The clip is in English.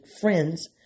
friends